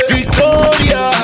Victoria